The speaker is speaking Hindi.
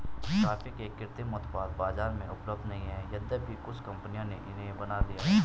कॉफी के कृत्रिम उत्पाद बाजार में उपलब्ध नहीं है यद्यपि कुछ कंपनियों ने इन्हें बना लिया है